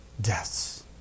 deaths